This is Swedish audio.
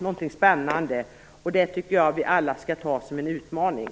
Låt oss alla se framtiden som en spännande utmaning.